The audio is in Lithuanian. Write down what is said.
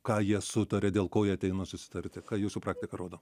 ką jie sutarė dėl ko jie ateina susitarti ką jūsų praktika rodo